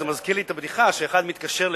זה מזכיר לי את הבדיחה שאחד מתקשר כל